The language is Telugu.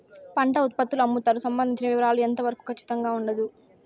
పంట ఉత్పత్తుల అమ్ముతారు సంబంధించిన వివరాలు ఎంత వరకు ఖచ్చితంగా ఉండదు?